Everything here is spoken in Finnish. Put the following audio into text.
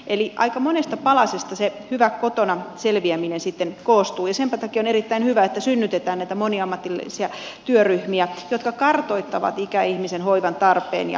eli aika monesta palasesta se hyvä kotona selviäminen sitten koostuu ja senpä takia on erittäin hyvä että synnytetään näitä moniammatillisia työryhmiä jotka kartoittavat ikäihmisen hoivan tarpeen ja palvelun suunnittelun